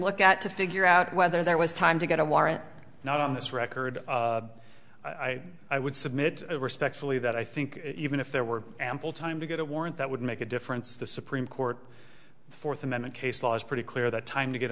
look at to figure out whether there was time to get a warrant not on this record i i would submit respectfully that i think even if there were ample time to get a warrant that would make a difference the supreme court fourth amendment case law is pretty clear the time to get